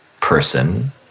person